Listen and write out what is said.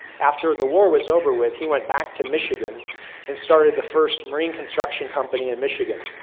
after the war was over with he went back to michigan and started the first marine construction company in michigan.